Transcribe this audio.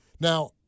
Now